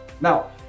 Now